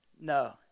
No